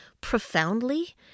profoundly